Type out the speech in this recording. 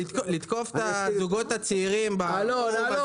לתקוף את הזוגות הצעירים בתחום הזה --- דבר לעניין.